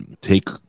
Take